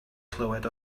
clywed